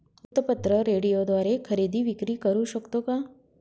वृत्तपत्र, रेडिओद्वारे खरेदी विक्री करु शकतो का?